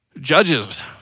Judges